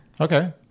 Okay